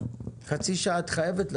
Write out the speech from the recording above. מאות אלפים של התקנים שהממשלה תעניק להורים,